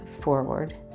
forward